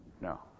No